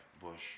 Bush